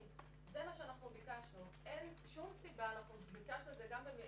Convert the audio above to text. זיהום סביבתי בעקבות התנהלות לקויה של חברת קצא"א בטיפול בדלקים.